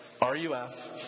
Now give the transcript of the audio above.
RUF